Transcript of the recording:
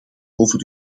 over